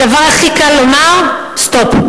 הדבר הכי קל לומר הוא stop,